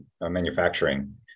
manufacturing